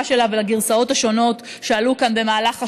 שלה ולגרסאות השונות שעלו כאן במהלך השנים.